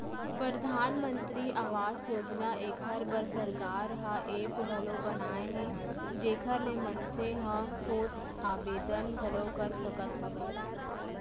परधानमंतरी आवास योजना एखर बर सरकार ह ऐप घलौ बनाए हे जेखर ले मनसे ह सोझ आबेदन घलौ कर सकत हवय